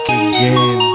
again